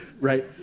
right